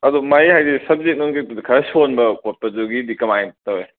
ꯑꯗꯣ ꯃꯥꯒꯤ ꯍꯥꯏꯗꯤ ꯁꯕꯖꯦꯛ ꯅꯨꯡꯖꯦꯛꯇꯨꯗꯤ ꯈꯔ ꯁꯣꯟꯕ ꯈꯣꯠꯄꯗꯨꯒꯤꯗꯤ ꯀꯃꯥꯏꯅ ꯇꯧꯏ